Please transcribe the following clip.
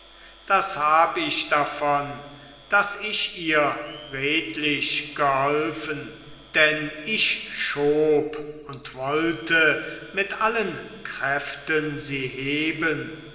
das hab ich davon daß ich ihr redlich geholfen denn ich schob und wollte mit allen kräften sie heben